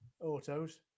autos